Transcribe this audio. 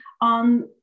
on